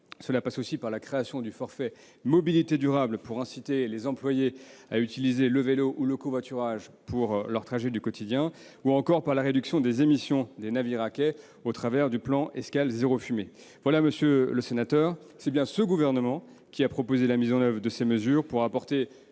Elles passent encore par la création du forfait mobilité durable visant à inciter les employés à utiliser le vélo ou le covoiturage pour leurs trajets du quotidien, ou encore par la réduction des émissions des navires à quai au travers du plan Escales zéro fumée. Monsieur le sénateur, c'est bien ce gouvernement qui a proposé la mise en oeuvre de ces mesures pour apporter